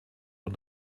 und